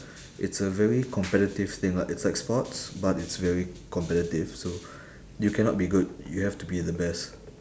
it's a very competitive thing lah it's like sports but it's very competitive so you cannot be good you have to be the best